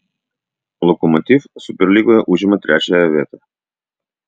lokomotiv superlygoje užima trečiąją vietą